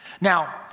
Now